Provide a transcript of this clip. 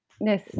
Yes